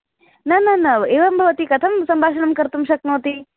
न न न एवं भवती कथं सम्भाषणं कर्तुं शक्नोति